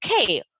okay